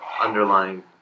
underlying